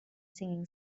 singing